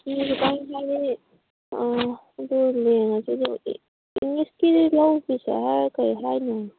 ꯃꯤ ꯍꯥꯏꯗꯤ ꯑꯗꯨ ꯌꯦꯡꯉꯁꯤ ꯑꯗꯨ ꯏꯪꯂꯤꯁꯀꯤꯁꯨ ꯂꯧꯒꯤꯁꯦ ꯍꯥꯏꯔ ꯀꯔꯤ ꯍꯥꯏꯅꯣ